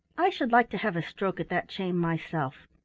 i should like to have a stroke at that chain myself.